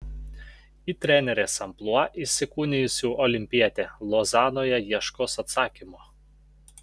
į trenerės amplua įsikūnijusi olimpietė lozanoje ieškos atsakymo